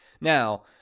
Now